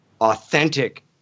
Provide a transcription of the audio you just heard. authentic